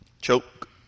Choke